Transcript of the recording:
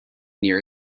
near